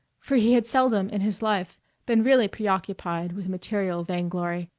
for he had seldom in his life been really preoccupied with material vainglory,